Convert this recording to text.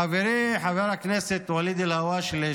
חברי חבר הכנסת ואליד אלהואשלה,